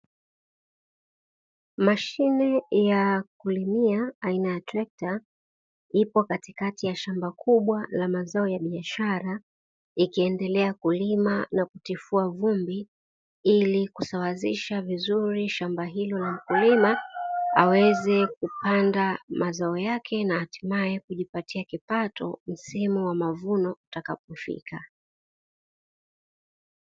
Mashine ya kulimia aina ya trekta, ipo katikati ya shamba kubwa la mazao ya biashara, ikiendelea kulima na kutifua vumbi ili kusawazisha vizuri shamba hilo la mkulima; aweze kupanda mazao yake na hatimaye aweze kujipatia kipato msimu wa mavuno utakapofika.